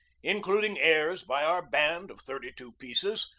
including airs by our band of thirty-two pieces,